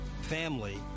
family